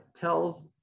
tells